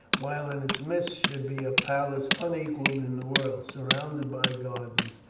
while in its midst should be a palace unequalled in the world, surrounded by gardens,